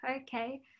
Okay